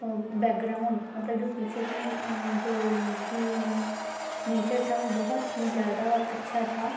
background मतलब जो पीछे कि जो भी नेचर था वो बहुत ही ज़्यादा अच्छा था